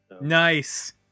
nice